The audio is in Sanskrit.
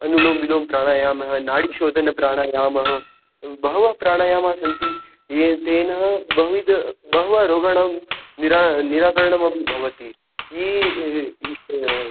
अनुलोमविलोमप्राणायामः नाडीशोधनप्राणायामः बहवः प्राणायामाः सन्ति ये तेन बहुविध बहवः रोगाणां निराकरणमपि भवति ये